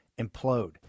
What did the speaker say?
implode